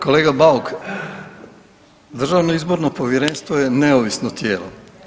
Kolega Bauk, Državno izborno povjerenstvo je neovisno tijelo.